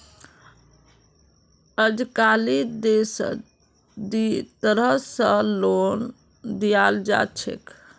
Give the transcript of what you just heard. अजकालित देशत दी तरह स लोन दियाल जा छेक